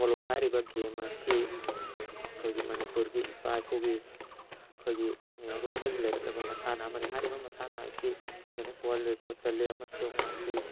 polo ꯍꯥꯏꯔꯤꯕ game ꯑꯁꯤ ꯑꯩꯈꯣꯏꯒꯤ ꯃꯅꯤꯄꯨꯔꯒꯤ ꯏꯄꯥ ꯏꯄꯨꯒꯤ ꯑꯩꯈꯣꯏꯒꯤ ꯃꯩꯍꯩꯔꯣꯜꯗꯒꯤ ꯂꯩꯔꯛꯂꯕ ꯃꯁꯥꯟꯅ ꯑꯃꯅꯤ ꯍꯥꯏꯔꯤꯕ ꯃꯁꯥꯟꯅ ꯑꯁꯤ ꯒꯦꯅꯤꯁ ꯋꯥꯔꯜ ꯔꯦꯀ꯭ꯣꯔꯠ ꯆꯜꯂꯦ ꯑꯃꯁꯨꯡ ꯃꯁꯤ